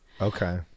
Okay